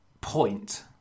point